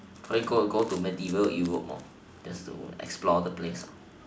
probably go go to medieval Europe lor that's the w~ explore the place ah